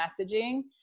messaging